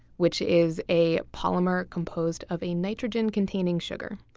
which is a polymer composed of a nitrogen containing sugar.